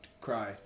cry